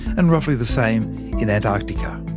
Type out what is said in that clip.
and roughly the same in antarctica.